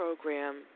program